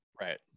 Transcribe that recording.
Right